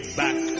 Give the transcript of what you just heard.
back